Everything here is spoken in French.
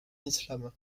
l’islam